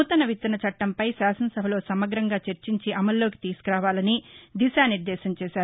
నూతన విత్తన చట్టంపై శాసనసభలో సమగ్రంగా చర్చించి అమలులోకి తీసుకురావాలని దిశానిర్దేశం చేశారు